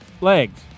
legs